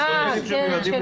אה, כן.